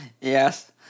Yes